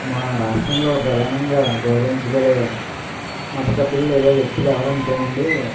మా రాష్ట్రంలో ప్రధానంగా గౌరవించబడే మత పెద్దలు లేదా వ్యక్తులు ఎవరంటేనండి